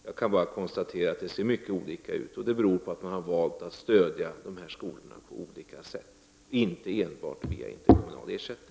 Jag kan bara konstatera att det ser ut på olika sätt, och det beror på att kommunerna har valt att stödja dessa skolor på olika sätt, inte enbart via interkommunal ersättning.